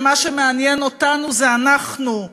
ומה שמעניין אותנו זה אנחנו,